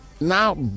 now